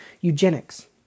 Eugenics